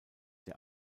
der